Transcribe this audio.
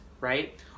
right